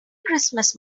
christmas